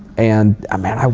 and um man,